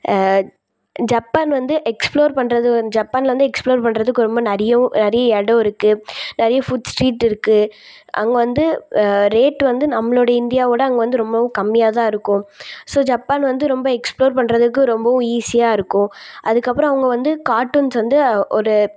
Japan வந்து explore பண்ணுறது வந்து ஜப்பானில் வந்து எக்ஸ்ப்ளோர் பண்ணுறதுக்கு ரொம்ப நிறையாவும் நிறைய இடம் இருக்குது நெறைய ஃபுட் ஸ்ட்ரீட் இருக்குது அங்கே வந்து ரேட் வந்து நம்மளோடய இந்தியாவோடய அங்கே வந்து ரொம்பவும் கம்மியாகதான் இருக்கும் ஸோ ஜப்பான் வந்து ரொம்ப எக்ஸ்ப்ளோர் பண்ணுறதுக்கு ரொம்பவும் ஈஸியாயிருக்கும் அதுக்கப்புறம் அவங்க வந்து கார்டூன்ஸ் வந்து ஒரு